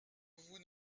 vous